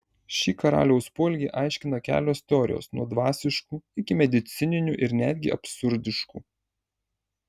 šį karaliaus poelgį aiškina kelios teorijos nuo dvasiškų iki medicininių ir netgi absurdiškų